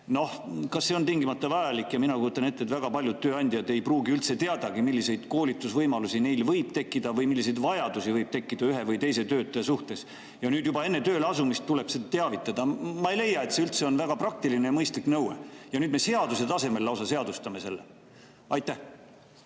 Kas see on tingimata vajalik? Mina kujutan ette, et väga paljud tööandjad ei pruugi üldse teadagi, milliseid koolitusvõimalusi neil võib tekkida või milliseid vajadusi võib tekkida ühe või teise töötaja puhul. Ja nüüd juba enne tööle asumist tuleb teavitada. Ma ei leia, et see on väga praktiline ja mõistlik nõue. Nüüd me seaduse tasemel lausa seadustame selle. Aitäh!